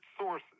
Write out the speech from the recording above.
sources